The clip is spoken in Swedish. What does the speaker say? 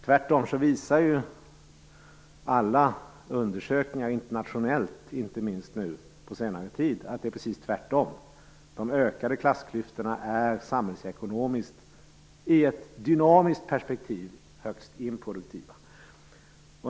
Tvärtom visar alla undersökningar, inte minst internationellt nu på senare tid, att de ökade klassklyftorna samhällsekonomiskt och i ett dynamiskt perspektiv är högst improduktiva.